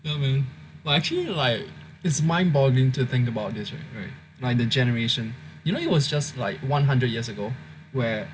ya man like actually like is mind boggling to think about this right like the generation you know it was just like one hundred years ago